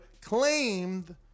claimed